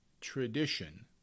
tradition